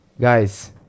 guys